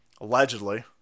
Allegedly